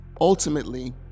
ultimately